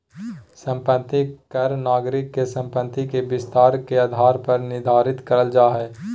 संपत्ति कर नागरिक के संपत्ति के विस्तार के आधार पर निर्धारित करल जा हय